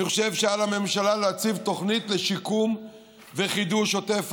אני חושב שעל הממשלה להציב תוכנית לשיקום וחידוש עוטף עזה.